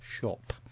shop